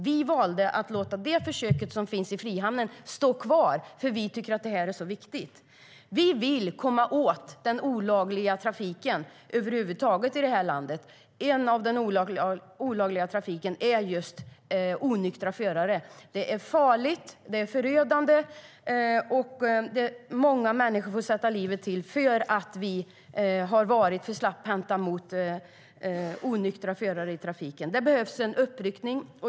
Vi valde att låta försöket i Frihamnen fortsätta, för vi tycker att det här är så viktigt. Vi vill över huvud taget komma åt den olagliga trafiken i det här landet, och en del av denna är just trafik med onyktra förare. Det är farligt, det är förödande. Många människor har fått sätta livet till för att vi varit för slapphänta mot onyktra förare i trafiken. Det behövs en uppryckning.